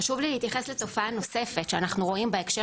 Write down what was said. חשוב לי להתייחס לתופעה נוספת שאנחנו רואים בהקשר